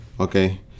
Okay